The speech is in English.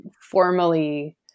formally